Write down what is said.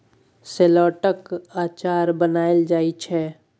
शेलौटक अचार बनाएल जाइ छै